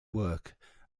work